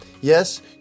Yes